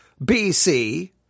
BC